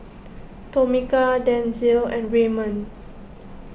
Tomika Denzil and Raymond